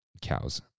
cows